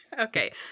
Okay